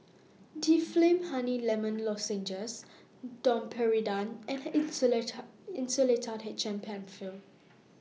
Difflam Honey Lemon Lozenges Domperidone and Insulatard H M PenFill